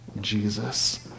Jesus